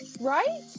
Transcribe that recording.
Right